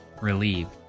relieved